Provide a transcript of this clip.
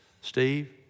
Steve